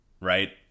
right